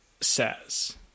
says